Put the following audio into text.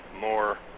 more